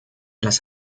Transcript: las